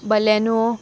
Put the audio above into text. Baleno